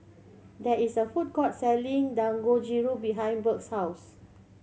there is a food court selling Dangojiru behind Burke's house